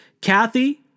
Kathy